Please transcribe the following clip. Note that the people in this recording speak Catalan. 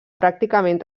pràcticament